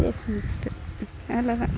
just missed அவ்வளோதான்